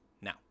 now